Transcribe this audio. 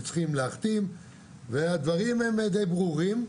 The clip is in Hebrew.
צריכים להחתים והדברים הם די ברורים.